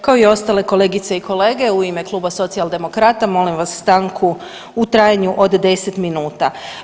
Kao i ostale kolegice i kolege, u ime Kluba socijaldemokrata molim vas stanku u trajanju od 10 minuta.